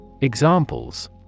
Examples